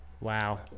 wow